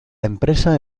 empresa